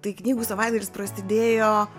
tai knygų savaitgalis prasidėjo